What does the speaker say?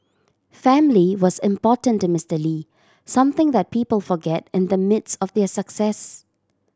family was important to Mister Lee something that people forget in the midst of their success